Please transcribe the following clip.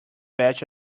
batch